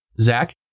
Zach